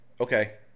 okay